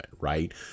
right